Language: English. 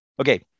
Okay